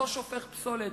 אותו שופך פסולת,